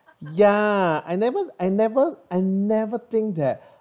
ya I never I never I never think that